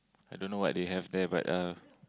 I don't know what they have there but uh